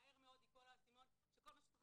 שמהר מאוד ייפול לו האסימון שכל מה שהוא צריך